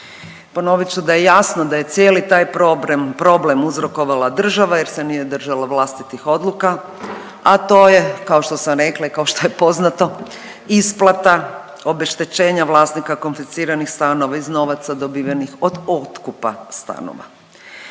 Ponovit ću da je jasno da je taj cijeli problem uzrokovala država jer se nije držala vlastitih odluka, a to je kao što sam rekla i kao što je poznato isplata obeštećenja vlasnika konfisciranih stanova iz novaca dobivenih od otkupa stanova.